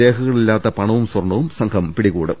രേഖകളില്ലാത്ത പണവും സ്വർണവും സംഘം പിടികൂടും